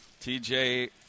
TJ